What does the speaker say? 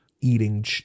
eating